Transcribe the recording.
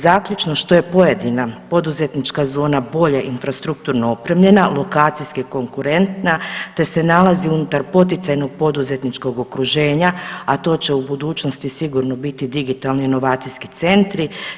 Zaključno, što je pojedina poduzetnička zona bolje infrastrukturno opremljena, lokacijski je konkurentna, te se nalazi unutar poticajnog poduzetničkog okruženja, a to će u budućnosti sigurno biti digitalni inovacijski centri.